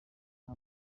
nta